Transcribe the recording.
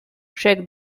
shrek